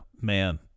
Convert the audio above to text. man